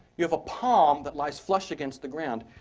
you have a palm that lies flush against the ground,